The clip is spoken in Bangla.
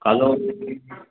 কালো